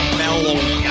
mellow